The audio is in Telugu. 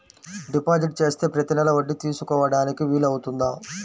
డిపాజిట్ చేస్తే ప్రతి నెల వడ్డీ తీసుకోవడానికి వీలు అవుతుందా?